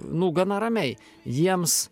nu gana ramiai jiems